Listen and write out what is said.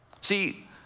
See